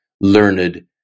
learned